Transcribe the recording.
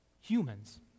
humans